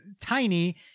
tiny